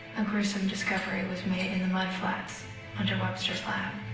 a gruesome discovery was made in the mud flats under webster's lab.